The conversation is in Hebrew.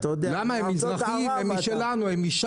תודה לחבר הכנסת